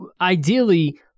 ideally